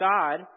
God